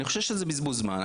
אני חושב שזה בזבוז זמן,